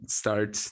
start